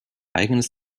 eigenes